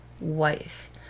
wife